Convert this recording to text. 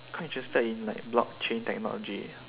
quite interested in like block chain technology